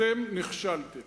אתם נכשלתם.